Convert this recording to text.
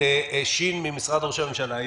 אני מבקש את שירי ממשרד ראש הממשלה.